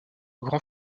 grand